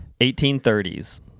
1830s